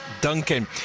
Duncan